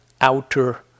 outer